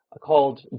called